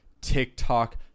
tiktok